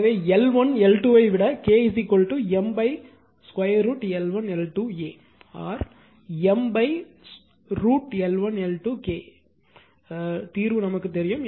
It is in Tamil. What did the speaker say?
எனவே L1 L2 ஐ விட K M √ L1 L2 A or M √ L1 L2 K என்று தீர்வு நமக்குத் தெரியும்